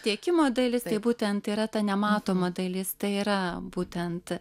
tiekimo dalis tai būtent yra ta nematoma dalis tai yra būtent